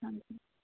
हाँ जी